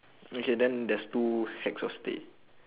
okay then there's two stacks of hay